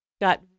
got